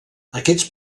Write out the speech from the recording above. aquests